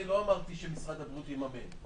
לא אמרתי שמשרד הבריאות יממן.